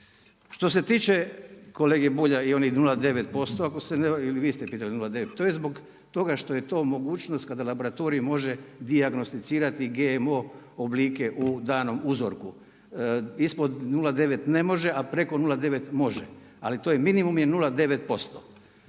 Što se tiče kolege Bulja i onih 0,9% ili vi ste pitali 0,9 to je zbog toga što je to mogućnost kada laboratorij može dijagnosticirati GMO oblike u danom uzorku. Ispod 0,9 ne može, a preko 0,9 može. Ali to je minimum je 0,9%.